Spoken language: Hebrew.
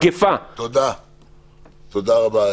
תודה רבה.